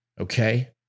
Okay